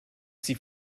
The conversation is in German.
sie